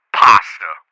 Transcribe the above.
pasta